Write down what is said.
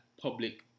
public